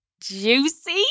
juicy